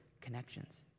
connections